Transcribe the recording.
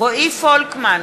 רועי פולקמן,